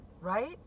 right